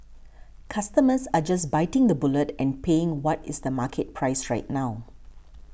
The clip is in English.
customers are just biting the bullet and paying what is the market price right now